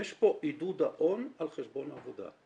יש פה עידוד ההון על חשבון העבודה.